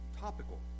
topical